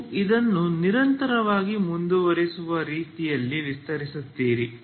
ನೀವು ಇದನ್ನು ನಿರಂತರವಾಗಿ ಮುಂದುವರಿಸುವ ರೀತಿಯಲ್ಲಿ ವಿಸ್ತರಿಸುತ್ತೀರಿ